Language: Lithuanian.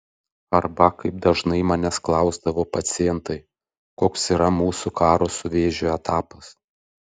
arba kaip dažnai manęs klausdavo pacientai koks yra mūsų karo su vėžiu etapas